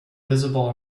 visible